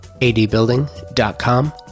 adbuilding.com